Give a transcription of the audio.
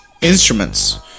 instruments